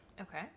Okay